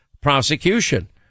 prosecution